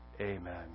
Amen